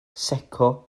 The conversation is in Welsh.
secco